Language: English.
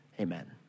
amen